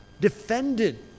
defended